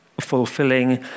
fulfilling